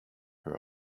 her